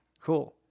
cool